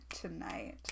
tonight